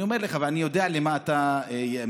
אני אומר לך, אני יודע למה אתה מכוון,